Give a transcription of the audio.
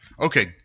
Okay